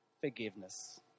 Forgiveness